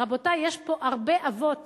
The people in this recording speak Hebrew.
רבותי, יש פה הרבה אבות